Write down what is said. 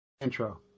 intro